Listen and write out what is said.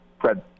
Fred